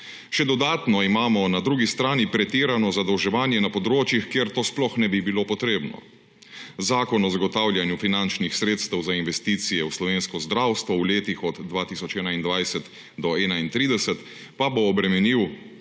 Še dodatno imamo na drugi strani pretirano zadolževanje na področjih, kjer to sploh ne bi bilo potrebno. Zakon o zagotavljanju finančnih sredstev za investicije v slovensko zdravstvo v letih od 2021 do 2031 pa bo obremenil